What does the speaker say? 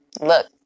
Look